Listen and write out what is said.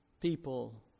people